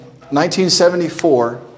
1974